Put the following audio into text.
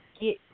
get